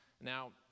Now